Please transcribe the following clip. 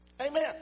Amen